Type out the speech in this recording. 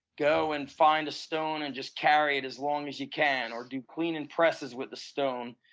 go and find a stone and just carry it as long as you can or do clean and presses with the stone.